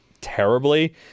terribly